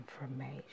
information